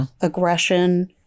aggression